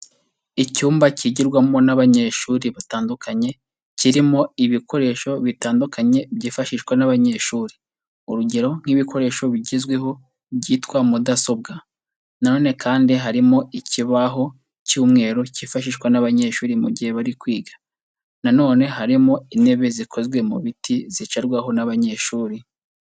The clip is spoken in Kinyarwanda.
Icyumba kigirwamo n'abanyeshuri batandukanye kirimo ibikoresho bitandukanye byifashishwa n'abanyeshuri. Urugero nk'ibikoresho bigezweho byitwa mudasobwa. Na none kandi harimo ikibaho cy'umweru cyifashishwa n'abanyeshuri mu gihe bari kwiga. Na none harimo intebe zikozwe mu biti zicarwaho n'abanyeshuri.